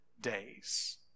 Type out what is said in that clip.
days